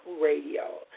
Radio